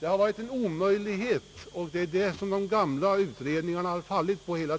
Det är denna omöjlighet de gamla utredningarna ständigt föll på.